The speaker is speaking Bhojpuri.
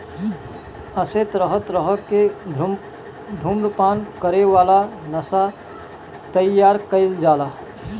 एसे तरह तरह के धुम्रपान करे वाला नशा तइयार कईल जाला